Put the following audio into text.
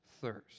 thirst